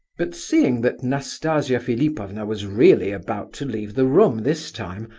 but seeing that nastasia philipovna was really about to leave the room this time,